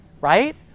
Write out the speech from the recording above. Right